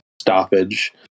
stoppage